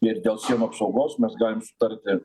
ir dėl sienų apsaugos mes galim sutarti